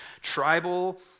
tribal